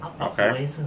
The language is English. Okay